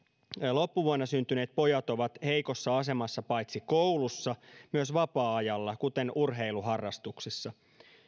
loppuvuonna syntyneet pojat ovat heikossa asemassa paitsi koulussa myös vapaa ajalla kuten urheiluharrastuksissa